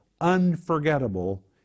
unforgettable